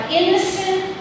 innocent